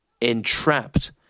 entrapped